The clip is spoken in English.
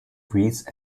these